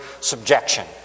subjection